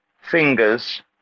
fingers